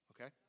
okay